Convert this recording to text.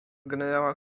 generała